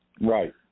Right